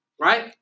Right